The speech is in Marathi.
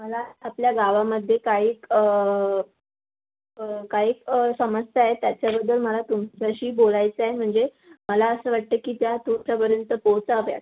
मला आपल्या गावामध्ये कैक काही समस्या आहेत त्याच्याबद्दल मला तुमच्याशी बोलायचं आहे म्हणजे मला असं वाटतं की त्या तुमच्यापर्यंत पोचाव्यात